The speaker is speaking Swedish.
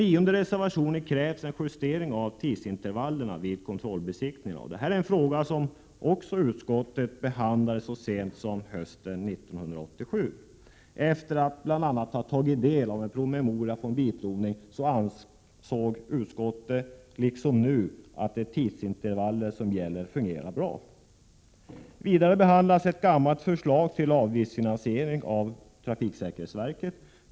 I reservation nr 9 krävs en justering av tidsintervallerna till kontrollbesiktningarna. Det är en fråga som utskottet behandlade så sent som hösten 1987. Efter att bl.a. ha tagit del av en promemoria från ASB ansåg utskottet, då liksom nu, att de tidsintervaller som gäller fungerar bra. Vidare behandlas ett gammalt förslag till avgiftsfinansiering av TSV.